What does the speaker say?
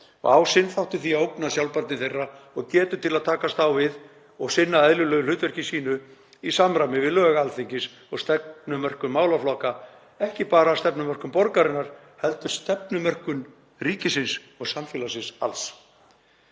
á sinn þátt í því að ógna sjálfbærni þeirra og getu til að takast á við og sinna eðlilegu hlutverki sínu í samræmi við lög Alþingis og stefnumörkun málaflokka, ekki bara stefnumörkun borgarinnar, heldur stefnumörkun ríkisins og samfélagsins alls.“